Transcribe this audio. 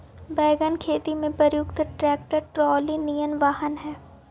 wagon खेती में प्रयुक्त ट्रैक्टर ट्रॉली निअन वाहन हई